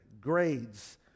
grades